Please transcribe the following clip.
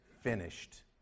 finished